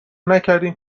نکردین